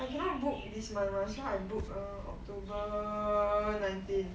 I cannot book this month one so I book err october nineteen